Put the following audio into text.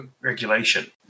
regulation